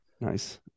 Nice